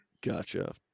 Gotcha